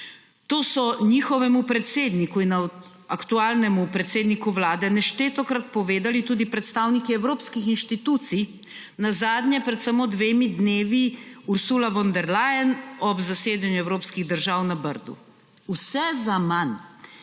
To so njihovemu predsedniku in aktualnemu predsedniku Vlade neštetokrat povedali tudi predstavniki evropskih inštitucij, nazadnje pred samo dvema dnevoma Ursula von der Leyen ob zasedanju evropskih držav na Brdu. Vse zaman.